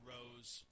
Rose